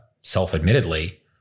self-admittedly